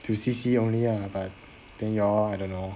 to see see only ah but then you all I don't know